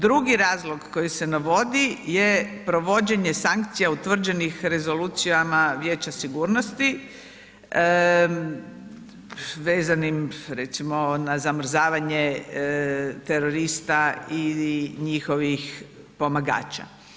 Drugi razlog koji se navodi je provođenje sankcija utvrđenih rezolucijama Vijeća sigurnosti vezanim recimo, na zamrzavanje terorista i njihovih pomagača.